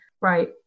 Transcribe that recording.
right